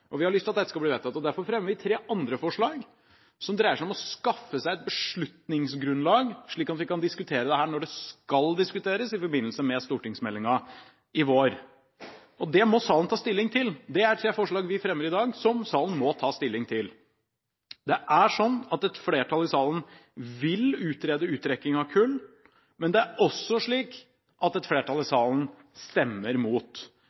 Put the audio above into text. og vi har lyst til at dette skal bli vedtatt – men vi fremmer tre andre forslag, som dreier seg om å skaffe seg et beslutningsgrunnlag slik at vi kan diskutere dette når det skal diskuteres, i forbindelse med stortingsmeldingen til våren. Og det må salen ta stilling til. Det er tre forslag vi fremmer i dag, som salen må ta stilling til. Det er slik at et flertall i salen vil utrede uttrekking av kull, men det er også slik at et flertall i